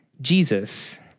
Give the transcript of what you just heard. Jesus